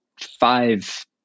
five